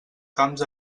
camps